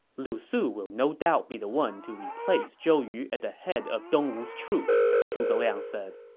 lu su will no doubt be the one to replace zhou yu at the head of dongwu's troops, zhuge liang said.